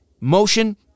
motion